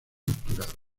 capturado